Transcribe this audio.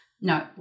No